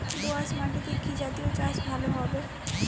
দোয়াশ মাটিতে কি জাতীয় চাষ ভালো হবে?